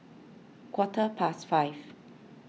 quarter past five